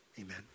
amen